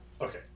Okay